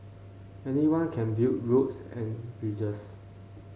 anyone can build roads and bridges